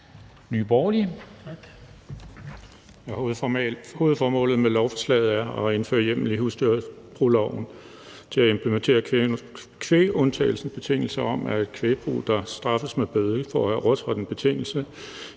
(NB): Hovedformålet med lovforslaget er et indføre hjemmel i husdyrbrugloven til at implementere kvægundtagelsens betingelser om, at et kvægbrug, der straffes med bøde for at have overtrådt en betingelse